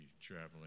traveling